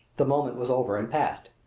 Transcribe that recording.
the moment was over and passed.